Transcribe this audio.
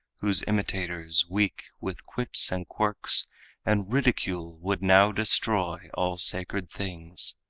whose imitators weak, with quips and quirks and ridicule would now destroy all sacred things.